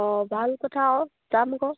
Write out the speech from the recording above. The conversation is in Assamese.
অঁ ভাল কথা আৰু যাম আকৌ